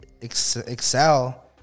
excel